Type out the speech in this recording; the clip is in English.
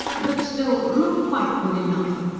but still not quite good enough.